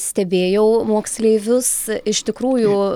stebėjau moksleivius iš tikrųjų